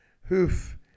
hoof